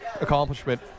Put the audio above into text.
accomplishment